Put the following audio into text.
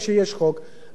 לבוא ולהתערב.